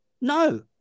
No